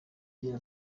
agira